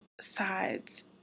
sides